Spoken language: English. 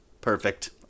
Perfect